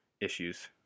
issues